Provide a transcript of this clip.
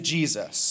Jesus